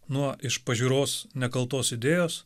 nuo iš pažiūros nekaltos idėjos